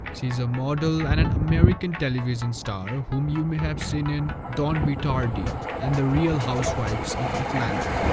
she is a model and an american television star whom you may have seen in don't be tardy and the real housewives of atlanta.